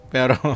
Pero